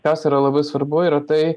kas yra labai svarbu yra tai